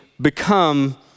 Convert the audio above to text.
become